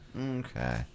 Okay